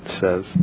says